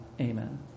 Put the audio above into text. amen